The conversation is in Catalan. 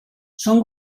són